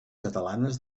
catalanes